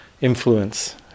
influence